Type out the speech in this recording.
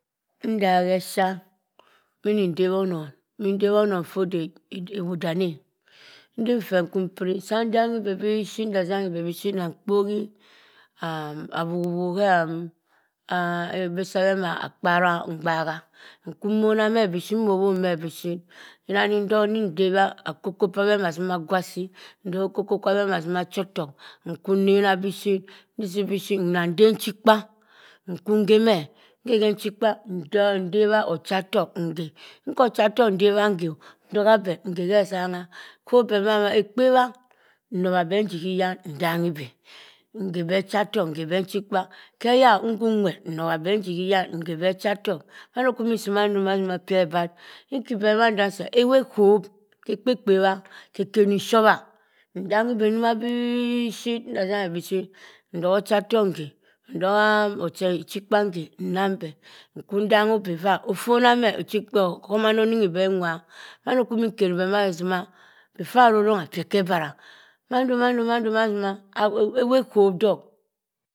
. Nsah kheshaa minin ndep onon ndebhonon fodeh ewo dani e. Nsim ffe inkwu impri saa nfanghi ffe bishit. nssa sanghi ffe bishit ndamkpohi awughuwuhu ham ebi saa bema akpara mgbaha nkwu mmona meh bishit immoh meh bishit ira nnindok ndidepbha akongkong p'beh massing agwo assi. Otokha okoko kwabeh mazima achotok nkwu nnena bishit. nsii bishit nnandep nchikpah nkwu nkhe meh. Nkheke nchikpa, nnan dep ochatok nkhe. Nka ochatok ndebha nkhe o, ntoha veh inkhe ghesangha. Nkhok beh ma maa khekpebha nnobha beh nji hii iyan. nsanghibi. Nkhe beh ochatok nkhe beh nchikpaa. Heya o nkhun nwerr nnobha beh nji hyan nkhe beh chatok. mando kwu iminsi mando maa peh ebarr. nkibeh mando nsah ewu ekhob khekpekpe bha, nkeken nshobha, ntanghi ibii njoma bishit. Ntatanghi bishit ntogha ochatok nkhe, ntoha am echikpa nkhe nnang beh nkwu ntanghobi vaa ofona meh ohomanah oninghi beh onwa mando kwu minkeribeh ma si ma, before arorongha beh ekebara. mando ma ndo ma ndo ma, ewu ekhop dok